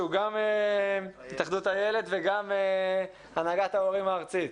נשיא ומנכ"ל התאחדות אילת וגם הנהגת ההורים הארצית.